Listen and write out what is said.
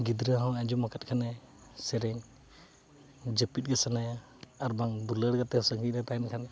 ᱜᱤᱫᱽᱨᱟᱹ ᱦᱚᱸ ᱟᱸᱡᱚᱢ ᱟᱠᱟᱫ ᱠᱷᱟᱱᱮ ᱥᱮᱨᱮᱧ ᱡᱟᱹᱯᱤᱫ ᱜᱮ ᱥᱟᱱᱟᱭᱭᱟ ᱟᱨ ᱵᱟᱝ ᱫᱩᱞᱟᱹᱲ ᱜᱟᱛᱮ ᱥᱟᱺᱜᱤᱧ ᱨᱮ ᱛᱟᱦᱮᱱ ᱠᱷᱟᱱ